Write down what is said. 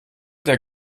der